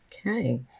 Okay